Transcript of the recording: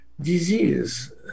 disease